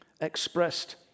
expressed